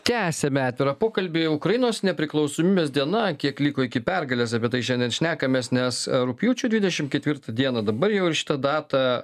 tęsiame atvirą pokalbį ukrainos nepriklausomybės diena kiek liko iki pergalės apie tai šiandien šnekamės nes rugpjūčio dvidešimt ketvirtą dieną dabar jau ir šitą datą